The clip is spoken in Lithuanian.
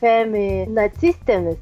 femi nacistėmis